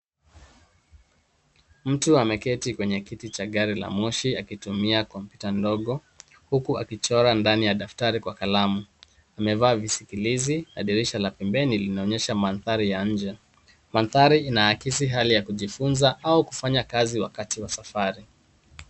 Mtu ameketi kwenye kiti cha gari la moshi akitumia kompyuta ndogo, huku akichora ndani ya daftari kwa kalamu. Amevaa visikilizi na dirisha la pembeni linaonyesha mandhari ya nje. Mandhari inaakisi hali ya kujifunza au kufanya kazi wakati wa safari.